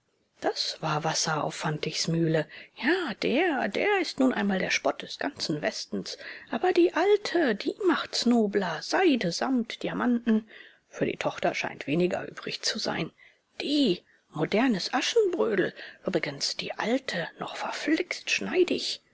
das war wasser auf fantigs mühle ja der der ist nun mal der spott des ganzen westens aber die alte die macht's nobler seide samt diamanten für die tochter scheint weniger übrig zu sein die modernes aschenbrödel übrigens die alte noch verflixt schneidig